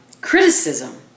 criticism